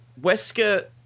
Wesker